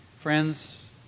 friends